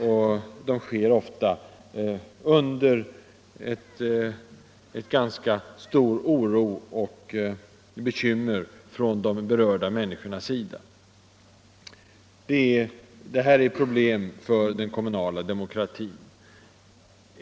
Deras genomförande medför ofta ganska mycket av oro och bekymmer bland de berörda människorna. Detta är problem för den kommunala demokratin.